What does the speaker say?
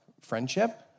friendship